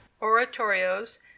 oratorios